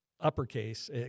uppercase